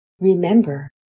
Remember